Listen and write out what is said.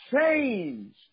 changed